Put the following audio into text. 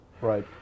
Right